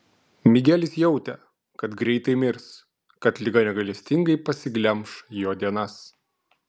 migelis jautė kad greitai mirs kad liga negailestingai pasiglemš jo dienas